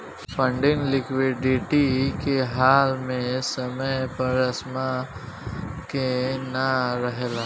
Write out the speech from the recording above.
funding liquidity के हाल में समय पर समान के ना रेहला